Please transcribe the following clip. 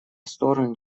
стороны